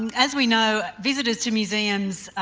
and as we know visitors to museums,